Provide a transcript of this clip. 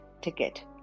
ticket